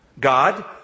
God